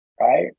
Right